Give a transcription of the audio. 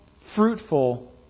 fruitful